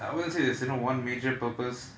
I wouldn't say there's isn't one major purpose